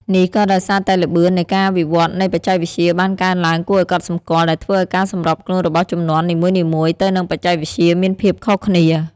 នេះក៏ដោយសារតែល្បឿននៃការវិវត្តនៃបច្ចេកវិទ្យាបានកើនឡើងគួរឱ្យកត់សម្គាល់ ដែលធ្វើឱ្យការសម្របខ្លួនរបស់ជំនាន់នីមួយៗទៅនឹងបច្ចេកវិទ្យាមានភាពខុសគ្នា។